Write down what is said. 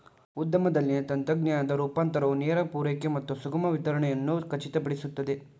ಉದ್ಯಮದಲ್ಲಿನ ತಂತ್ರಜ್ಞಾನದ ರೂಪಾಂತರವು ನೇರ ಪೂರೈಕೆ ಮತ್ತು ಸುಗಮ ವಿತರಣೆಯನ್ನು ಖಚಿತಪಡಿಸುತ್ತದೆ